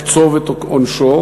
לקצוב את עונשו.